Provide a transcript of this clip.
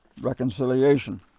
reconciliation